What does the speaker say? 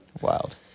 Wild